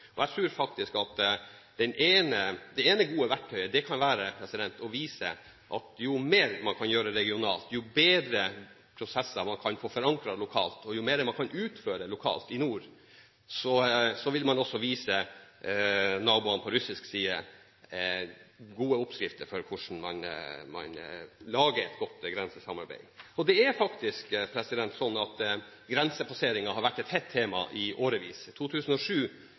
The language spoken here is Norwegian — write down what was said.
Jeg tror faktisk at det ene gode verktøyet kan være å vise at jo mer man kan gjøre regionalt, jo bedre prosesser man kan forankre lokalt, og jo mer man kan utfordre lokalt i nord, vil man også vise naboene på russisk side gode oppskrifter for hvordan man lager et godt grensesamarbeid. Det er faktisk sånn at grensepasseringer har vært et hett tema i årevis. I 2007